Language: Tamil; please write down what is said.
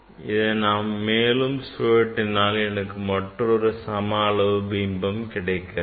இதை நாம் மேலும் சுழற்றினால் எனக்கு மற்றொரு சம அளவு பிம்பம் கிடைக்கிறது